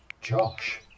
Josh